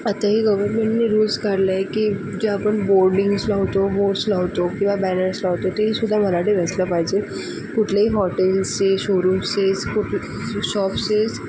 आता हे गवर्मेन्टनी रुल्स काढला आहे की जे आपण बोर्डिंग्स लावतो बोर्ड्स लावतो किंवा बॅनर्स लावतो ते सुद्धा मराठीत असलं पाहिजे कुटल्याही हॉटेल्सचे शोरूम्सचे स्कुट शॉप्सचे